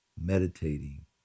meditating